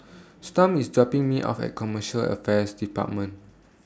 Storm IS dropping Me off At Commercial Affairs department